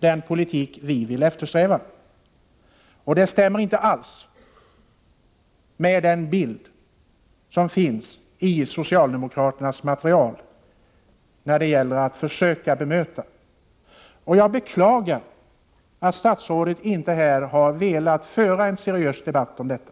vilken politik vi vill eftersträva. Det stämmer inte alls med den bild som finns i socialdemokraternas material när det gäller att försöka bemöta oss. Jag beklagar att statsrådet inte här har velat föra en seriös debatt om detta.